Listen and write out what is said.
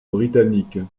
britannique